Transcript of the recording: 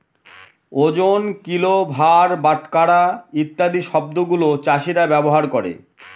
ওজন, কিল, ভার, বাটখারা ইত্যাদি শব্দগুলা চাষীরা ব্যবহার করে